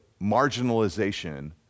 marginalization